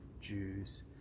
Jews